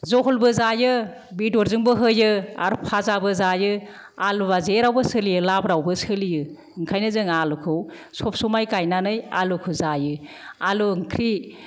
जहलबो जायो बेदरजोंबो होयो आरो फाजाबो जायो आलुवा जेरावबो सोलियो लाब्रायावबो सोलियो ओंखायनो जों आलुखौ सब समाय गायनानै आलुखौ जायो आलु ओंख्रि